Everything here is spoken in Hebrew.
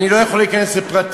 אני לא יכול להיכנס לפרטים,